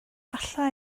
alla